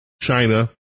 China